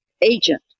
agent